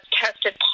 tested